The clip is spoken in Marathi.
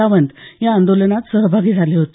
सावंत या आंदोलनात सहभागी झाले होते